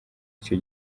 icyo